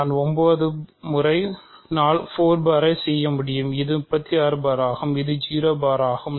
நான் 9 முறை 4 பார் செய்ய முடியும் இது 36 பார் ஆகும் இது 0 பார் ஆகும்